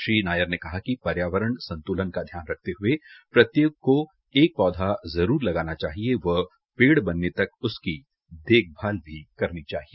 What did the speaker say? श्री नायर ने कहा कि पर्यावरण संतुलन का ध्यान रखते हुये प्रत्येक को एक पौधा जरूर लगाना चाहिए व पेड़ बनने तक उसकी देखभाल भी करनी चाहिए